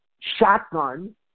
shotgun